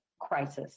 crisis